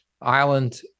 Island